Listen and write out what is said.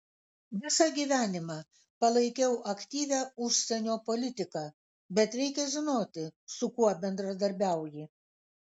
visą gyvenimą palaikiau aktyvią užsienio politiką bet reikia žinoti su kuo bendradarbiauji